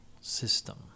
system